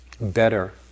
better